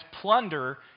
plunder